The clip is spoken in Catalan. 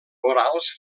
orals